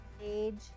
age